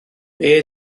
beth